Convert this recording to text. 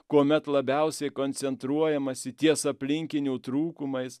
kuomet labiausiai koncentruojamasi ties aplinkinių trūkumais